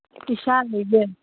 ꯏꯁꯥꯒꯤꯅꯦ